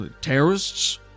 Terrorists